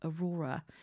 Aurora